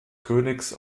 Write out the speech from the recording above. königs